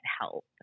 help